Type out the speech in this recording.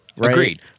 Agreed